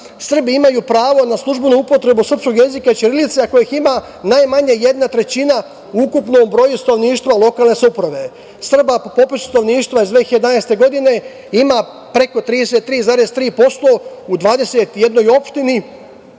Srbi imaju pravo na službenu upotrebu srpskog jezika i ćirilice ako ih ima najmanje jedna trećina u ukupnom broju stanovništva lokalne samouprave. Srba po popisu stanovništva iz 2011. godine ima preko 33,3% u 21 opštini